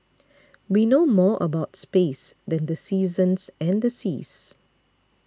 we know more about space than the seasons and the seas